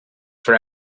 for